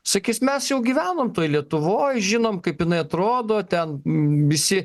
sakys mes jau gyvenom toj lietuvoj žinom kaip jinai atrodo ten visi